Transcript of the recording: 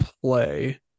play